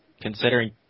considering